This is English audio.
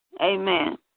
Amen